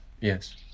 yes